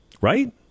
Right